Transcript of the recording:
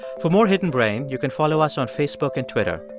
for more hidden brain, you can follow us on facebook and twitter.